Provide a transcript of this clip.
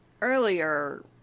earlier